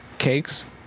Cakes